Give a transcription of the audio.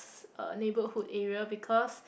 ~s uh neighbourhood area because